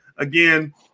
Again